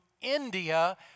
India